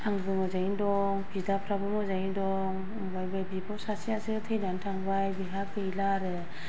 आंबो मोजाङैनो दं बिदाफोराबो मोजाङैनो दं ओमफ्राय बे बिब' सासेआसो थैनानै थांबाय बेहा गैला आरो